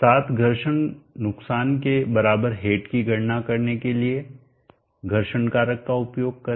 सात घर्षण नुकसान के बराबर हेड की गणना करने के लिए घर्षण कारक का उपयोग करें